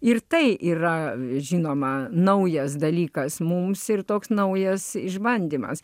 ir tai yra žinoma naujas dalykas mums ir toks naujas išbandymas